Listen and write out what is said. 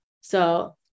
So-